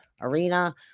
Arena